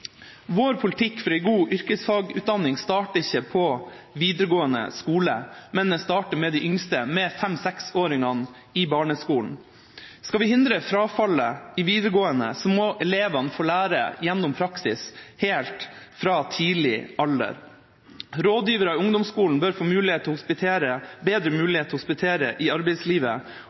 Vår politikk for en god yrkesfagutdanning starter ikke på videregående skole. Den starter med de yngste – med 5–6-åringene i barneskolen. Skal vi hindre frafallet i videregående, må elevene lære gjennom praksis helt fra tidlig alder. Rådgivere i ungdomsskolen bør få bedre mulighet til å hospitere